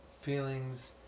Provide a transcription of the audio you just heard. feelings